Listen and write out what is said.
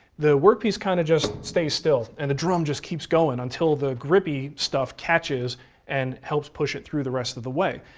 the work piece kind of just stays still and the drum just keeps going until the grippy stuff catches and helps push it through the rest of the way.